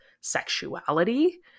sexuality